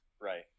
Right